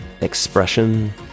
expression